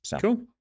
Cool